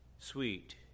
sweet